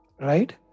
Right